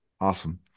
Awesome